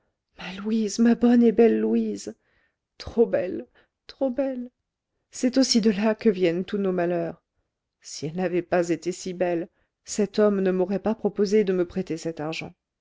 ma louise ma bonne et belle louise trop belle trop belle c'est aussi de là que viennent tous nos malheurs si elle n'avait pas été si belle cet homme ne m'aurait pas proposé de me prêter cet argent